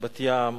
בת-ים,